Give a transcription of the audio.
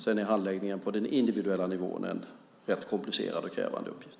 Sedan är handläggningen på den individuella nivån en rätt komplicerad och krävande uppgift.